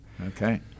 Okay